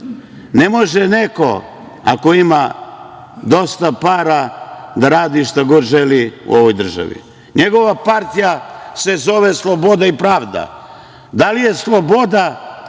Ne može neko ako ima dosta para da radi šta god želi u ovoj državi. Njegova partija se zove "Sloboda i pravda". Da li je sloboda